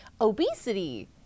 obesity